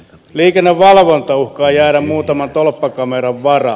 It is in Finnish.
liikennevalvonta uhkaa jäädä muutaman tolppakameran varaan